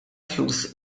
flus